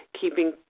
keeping